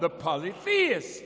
the policy is